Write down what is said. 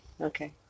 okay